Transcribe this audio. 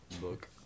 book